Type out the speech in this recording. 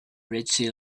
ritzy